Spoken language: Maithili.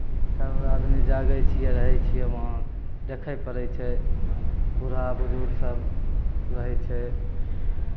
सभ आदमी जागै छियै रहै छियै वहाँ देखै पड़ै छै बूढ़ा बुजुर्ग सभ रहै छै